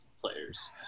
players